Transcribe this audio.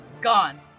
gone